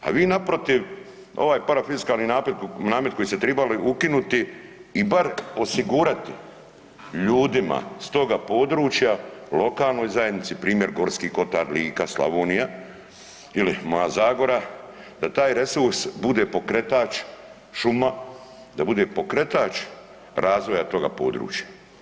A vi naprotiv ovaj parafiskalni namet koji ste tribali ukinuti i bar osigurati ljudima s toga područja, lokalnoj zajednici primjer Gorski kotar, Lika, Slavonija ili moja Zagora, da taj resurs bude pokretač šuma, da bude pokretač razvoja toga područja.